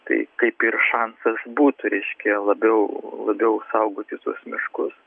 tai kaip ir šansas būtų reiškia labiau labiau saugot visus miškus